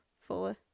fully